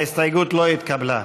ההסתייגות לא התקבלה.